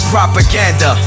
Propaganda